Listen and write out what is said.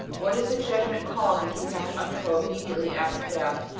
what is the judgment called which we have to undergo immediately after death?